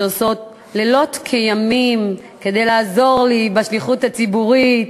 שעושות לילות כימים כדי לעזור לי בשליחות הציבורית,